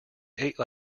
ate